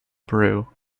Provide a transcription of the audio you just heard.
brew